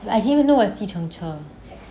I didn't even know what is 计程车